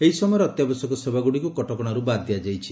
ଏହି ସମୟରେ ଅତ୍ୟାବଶ୍ୟକ ସେବାଗୁଡ଼ିକୁ କଟକଶାରୁ ବାଦ୍ ଦିଆଯାଇଛି